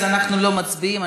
אז אנחנו לא מצביעים,